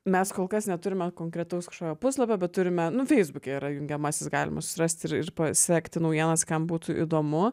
mes kol kas neturime konkretaus kažkokio puslapio bet turime nu feisbuke yra jungiamasis galima surast ir ir sekti naujienas kam būtų įdomu